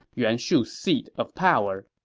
yuan shu's seat of power.